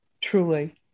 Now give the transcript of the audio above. truly